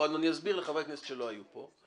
אני אסביר לחברי הכנסת שלא היו פה.